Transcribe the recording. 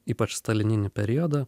ypač stalininį periodą